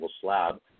slab